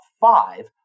five